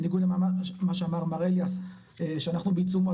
בניגוד למה שאמר מר אליאס שאנחנו בעיצומו,